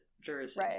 jersey